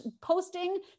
posting